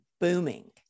booming